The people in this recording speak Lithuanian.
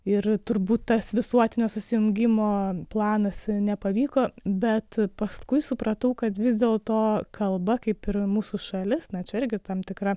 ir turbūt tas visuotinio susijungimo planas nepavyko bet paskui supratau kad vis dėlto kalba kaip ir mūsų šalis na čia irgi tam tikra